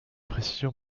précision